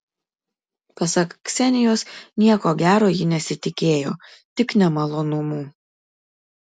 pasak ksenijos nieko gero ji nesitikėjo tik nemalonumų